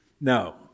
No